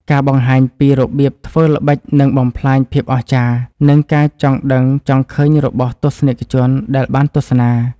ការបង្ហាញពីរបៀបធ្វើល្បិចនឹងបំផ្លាញភាពអស្ចារ្យ និង ការចង់ដឹងចង់ឃើញរបស់ទស្សនិកជនដែលបានទស្សនា។